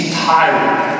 tired